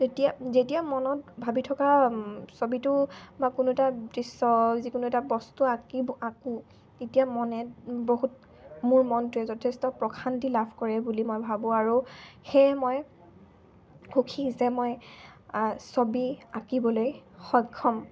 তেতিয়া যেতিয়া মনত ভাবি থকা ছবিটো বা কোনো এটা দৃশ্য যিকোনো এটা বস্তু আঁকিব আঁকো তেতিয়া মনে বহুত মোৰ মনটোৱে যথেষ্ট প্ৰশান্তি লাভ কৰে বুলি মই ভাবোঁ আৰু সেয়ে মই সুখী যে মই ছবি আঁকিবলৈ সক্ষম